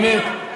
באמת,